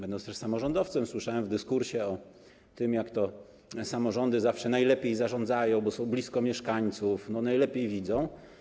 Będąc samorządowcem, zawsze słyszałem w dyskursie o tym, jak to samorządy zawsze najlepiej zarządzają, bo są blisko mieszkańców, najlepiej widzą.